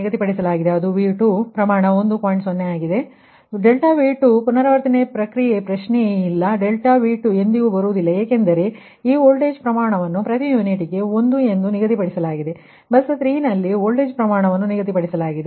ಆದ್ದರಿಂದ ∆V2 ಪುನರಾವರ್ತನೆ ಪ್ರಕ್ರಿಯೆಯ ಪ್ರಶ್ನೆಯೇ ಇಲ್ಲ ∆V2 ಎಂದಿಗೂ ಬರುವುದಿಲ್ಲ ಏಕೆಂದರೆ ಇಲ್ಲಿ ಈ ವೋಲ್ಟೇಜ್ ಪ್ರಮಾಣವನ್ನು ಪ್ರತಿ ಯೂನಿಟ್ಗೆ 1ಎಂದು ನಿಗದಿಪಡಿಸಲಾಗಿದೆ ಮತ್ತು ಬಸ್ 3 ನಲ್ಲಿ ವೋಲ್ಟೇಜ್ ಪ್ರಮಾಣವನ್ನು ನಿಗದಿಪಡಿಸಲಾಗಿದೆ